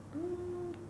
mm